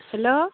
hello